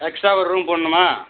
extra ஒரு room போடணுமா